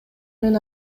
менен